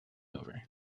over